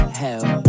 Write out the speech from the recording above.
hell